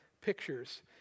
pictures